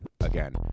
Again